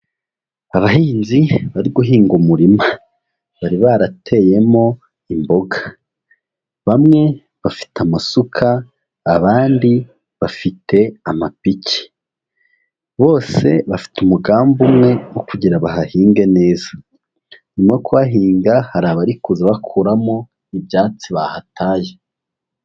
Abahinzi bari guhinga umurima, bari barateyemo imboga, bamwe bafite amasuka, abandi bafite amapiki, bose bafite umugambi umwe wo kugira ngo bahahinge neza, nyuma yo kuhahinga hari abari kuza bakuramo ibyatsi bahataye.